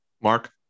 Mark